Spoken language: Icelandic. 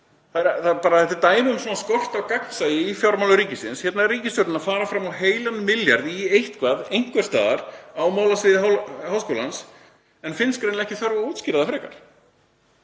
það. Þetta er dæmi um skort á gagnsæi í fjármálum ríkisins. Hérna er ríkisstjórnin að fara fram á heilan milljarð í eitthvað einhvers staðar á málasviði háskólans en finnst greinilega ekki þörf á að útskýra það frekar.